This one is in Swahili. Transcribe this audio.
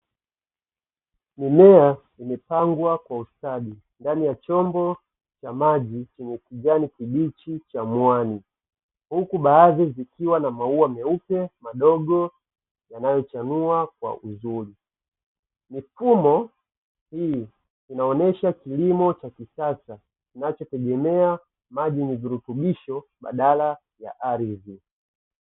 Mimea imepangwa kwa ustadi ndani ya chombo cha maji chenye kijani kibichi cha mwani, huku baadhi zikiwa na maua meupe madogo yanayochanua kwa uzuri. Mifumo hii inaonesha kilimo cha kisasa kinachotegemea, maji na virutubisho badala ya ardhi.